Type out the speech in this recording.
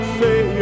say